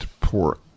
poor